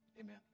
amen